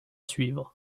suivre